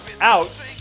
out